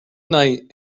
night